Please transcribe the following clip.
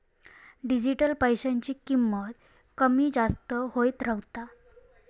digital पैशाची किंमत कमी जास्त होत रव्हता